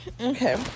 okay